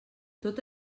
tot